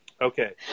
Okay